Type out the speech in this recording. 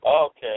Okay